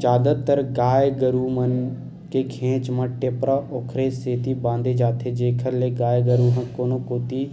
जादातर गाय गरु मन के घेंच म टेपरा ओखरे सेती बांधे जाथे जेखर ले गाय गरु ह कोनो कोती